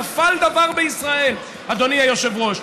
נפל דבר בישראל, אדוני היושב-ראש.